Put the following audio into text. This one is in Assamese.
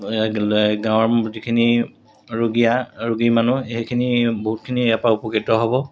গাঁৱৰ যিখিনি ৰোগীয়া ৰোগী মানুহ সেইখিনি বহুতখিনি ইয়াৰপৰা উপকৃত হ'ব